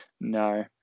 No